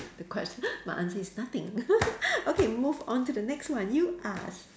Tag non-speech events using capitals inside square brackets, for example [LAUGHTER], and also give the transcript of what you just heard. the question my answer is nothing [LAUGHS] okay move on to the next one you ask